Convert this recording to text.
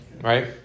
right